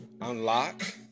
unlock